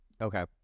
Okay